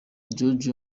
george